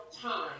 Time